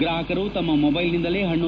ಗ್ರಾಪಕರು ತಮ್ಮ ಮೊಬೈಲ್ನಿಂದಲೇ ಪಣ್ಣು